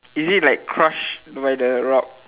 is it like crushed by the rock